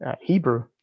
Hebrew